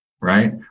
right